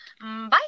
Bye